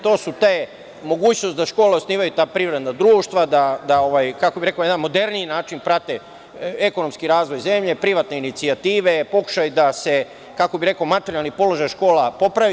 To su te mogućnosti da škole osnivaju ta privredna društva, da, kako bih rekao, na jedan moderniji način prate ekonomski razvoj zemlje, privatne inicijative, pokušaj da se materijalni položaj škola popravi.